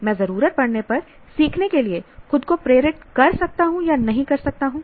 मैं जरूरत पड़ने पर सीखने के लिए खुद को प्रेरित कर सकता हूं नहीं कर सकता हूं